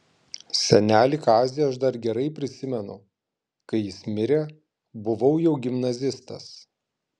senelį kazį aš dar gerai prisimenu kai jis mirė buvau jau gimnazistas